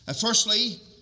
Firstly